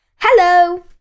Hello